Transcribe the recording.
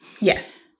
Yes